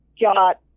got